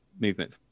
movement